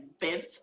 bent